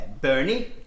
Bernie